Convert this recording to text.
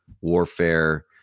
warfare